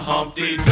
Humpty